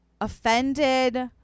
offended